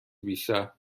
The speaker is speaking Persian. بیشتر